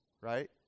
Right